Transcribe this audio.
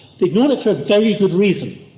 they ignored it for a very good reason.